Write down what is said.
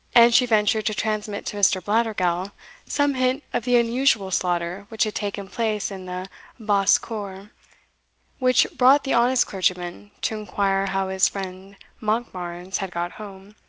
and she ventured to transmit to mr. blattergowl some hint of the unusual slaughter which had taken place in the basse-cour, which brought the honest clergyman to inquire how his friend monkbarns had got home,